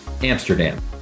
Amsterdam